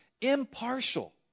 impartial